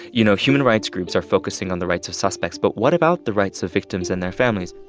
you know, human rights groups are focusing on the rights of suspects. but what about the rights of victims and their families?